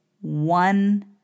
one